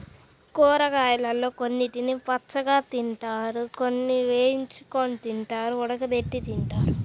కూరగాయలలో కొన్నిటిని పచ్చిగా తింటారు, కొన్ని వేయించి, కొన్ని ఉడకబెట్టి తింటారు